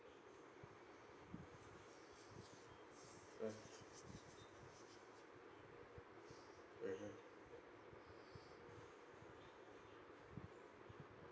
mm mmhmm